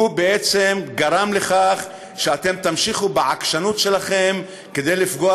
הוא בעצם גרם לכך שאתם תמשיכו בעקשנות שלכם כדי לפגוע